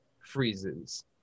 freezes